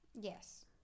Yes